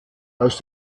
aus